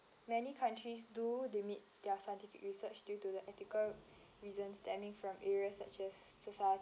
many countries do they meet their scientific research due to the ethical reason stemming from areas such as society